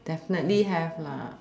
definitely have lah